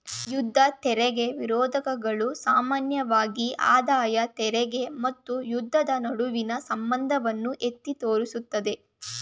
ಯುದ್ಧ ತೆರಿಗೆ ನಿರೋಧಕಗಳು ಸಾಮಾನ್ಯವಾಗಿ ಆದಾಯ ತೆರಿಗೆ ಮತ್ತು ಯುದ್ಧದ ನಡುವಿನ ಸಂಬಂಧವನ್ನ ಎತ್ತಿ ತೋರಿಸುತ್ತವೆ